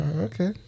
Okay